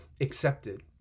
accepted